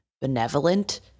benevolent